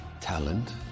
talent